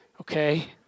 okay